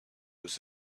his